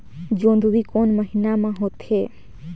जोंदरी कोन महीना म होथे?